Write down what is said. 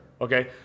Okay